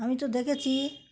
আমি তো দেখেছি